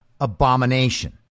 abomination